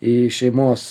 į šeimos